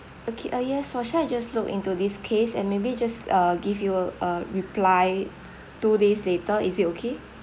okay uh yes for sure I just look into this case and maybe just uh give you a reply two days later is it okay